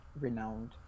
renowned